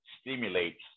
stimulates